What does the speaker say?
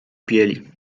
bieli